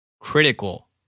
critical